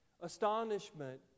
astonishment